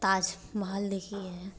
ताजमहल देखिए है